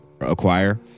acquire